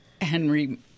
Henry